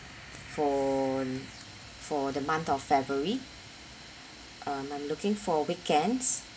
for for the month of february um I'm looking for weekends